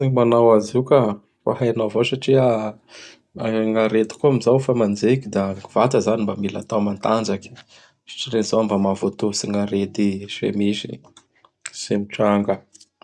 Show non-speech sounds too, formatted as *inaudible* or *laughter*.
*unintelligible* Gny manao azy io ka. Fa hainao avao satria *noise* gn gn' arety koa amzao fa manjeky da gn vata zany mba mila atao matanjaky. *noise* Sitran'izao mba mahavoatoatsy gn'arety ze misy *noise* sy ze mitranga.